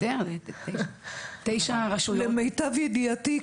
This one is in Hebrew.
למיטב ידיעתי,